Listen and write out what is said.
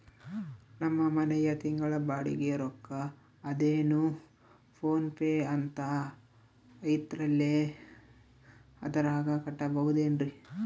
ನಮ್ಮ ಮನೆಯ ತಿಂಗಳ ಬಾಡಿಗೆ ರೊಕ್ಕ ಅದೇನೋ ಪೋನ್ ಪೇ ಅಂತಾ ಐತಲ್ರೇ ಅದರಾಗ ಕಟ್ಟಬಹುದೇನ್ರಿ?